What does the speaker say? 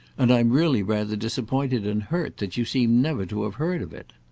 and i'm really rather disappointed and hurt that you seem never to have heard of it.